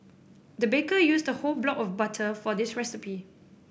the baker used a whole block of butter for this recipe